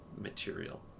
material